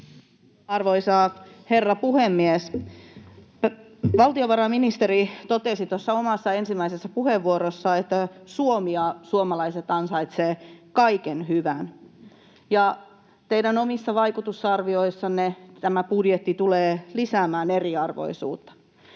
Arvoisa herra puhemies! Valtiovarainministeri totesi tuossa omassa ensimmäisessä puheenvuorossaan, että Suomi ja suomalaiset ansaitsevat kaiken hyvän. Teidän omissa vaikutusarvioissanne tämä budjetti tulee lisäämään eriarvoisuutta.